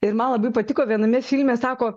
ir man labai patiko viename filme sako